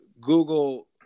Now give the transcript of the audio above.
Google